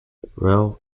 well